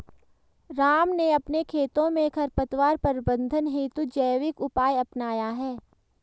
राम ने अपने खेतों में खरपतवार प्रबंधन हेतु जैविक उपाय अपनाया है